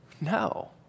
No